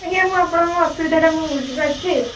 ଆଜ୍ଞା ମୁଁ ଆପଣଙ୍କ ଅସୁବିଧାଟା ମୁଁ ବୁଝିପାରୁଛି